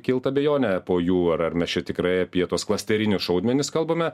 kilt abejonė po jų ar ar mes čia tikrai apie tuos klasterinius šaudmenis kalbame